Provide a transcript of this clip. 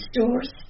stores